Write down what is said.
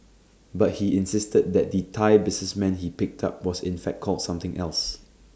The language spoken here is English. but he insisted that the Thai businessman he picked up was in fact called something else